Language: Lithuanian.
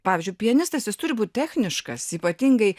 pavyzdžiui pianistas jis turi būt techniškas ypatingai